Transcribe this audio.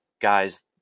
guys